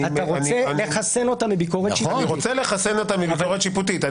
אתה רוצה לחסן אותה מביקורת שיפוטית.